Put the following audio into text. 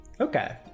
Okay